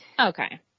Okay